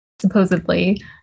supposedly